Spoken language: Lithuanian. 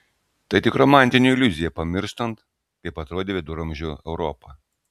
tai tik romantinė iliuzija pamirštant kaip atrodė viduramžių europa